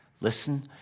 Listen